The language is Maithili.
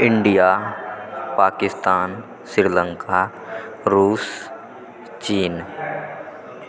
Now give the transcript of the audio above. इण्डिया पाकिस्तान श्रीलङ्का रूस चीन